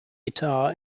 guitar